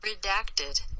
Redacted